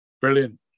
Brilliant